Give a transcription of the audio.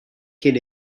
cyn